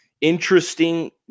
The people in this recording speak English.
interesting